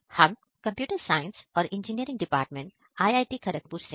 हम computer science और engineering department IIT Kharagpur से है